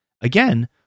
Again